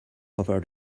over